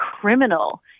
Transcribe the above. criminal